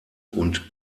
und